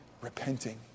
repenting